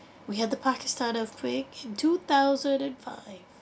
we had the pakistan earthquake in two thousand and five